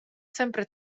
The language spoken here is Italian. sempre